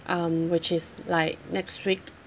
um which is like next week